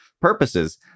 purposes